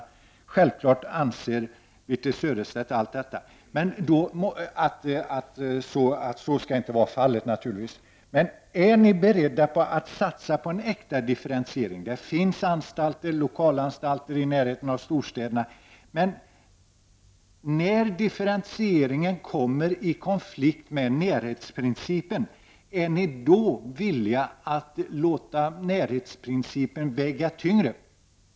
Det är självklart att Birthe Sörestedt anser att så inte skall vara fallet. Är ni socialdemokrater beredda att satsa på en äkta differentiering? Det finns lokalanstalter i närheten av storstäderna. Men när differentieringen kommer i konflikt med närhetsprincipen, är ni då villiga att låta närhetsprincipen väga tyngre?